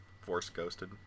force-ghosted